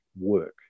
work